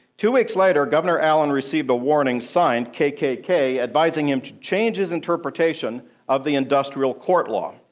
two weeks later, governor allen received a warning, signed kkk, advising him to change his interpretation of the industrial court law.